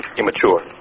immature